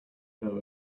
know